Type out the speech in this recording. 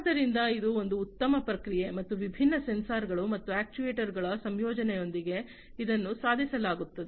ಆದ್ದರಿಂದ ಇದು ಒಂದು ಉತ್ತಮ ಪ್ರಕ್ರಿಯೆ ಮತ್ತು ವಿಭಿನ್ನ ಸೆನ್ಸಾರ್ಗಳು ಮತ್ತು ಅಕ್ಚುಯೆಟರ್ಸ್ಗಳ ಸಂಯೋಜನೆಯೊಂದಿಗೆ ಇದನ್ನು ಸಾಧಿಸಲಾಗುತ್ತದೆ